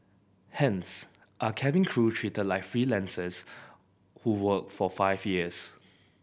hence are cabin crew treated like freelancers who work for five years